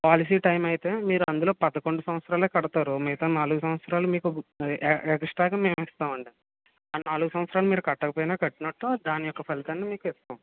policy time అయితే మీరు అందులో పదకొండు సంవత్సరాలే కడతారు మిగతా నాలుగు సంవత్సరాలు మీకు ఎగస్టాగా మేమిస్తాం అండీ ఆ నాలుగు సంవత్సరాలు మీరు కట్టకపోయినా కట్టినట్టు దాని యొక్క ఫలితాన్ని మీకు ఇస్తాం